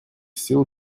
сил